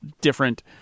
different